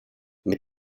mit